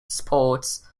sports